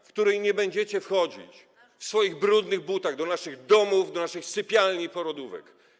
w której nie będziecie wchodzić w swoich brudnych butach do naszych domów, do naszych sypialni i porodówek.